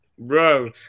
Bro